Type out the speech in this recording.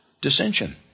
dissension